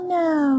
no